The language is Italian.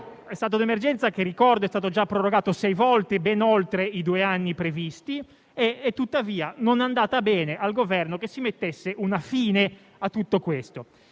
stato di emergenza che - lo ricordo - è già stato prorogato sei volte, ben oltre i due anni previsti e, tuttavia, non è andato bene al Governo che si mettesse una fine a tutto questo.